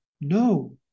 No